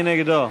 מי נגדו?